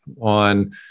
on